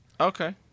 Okay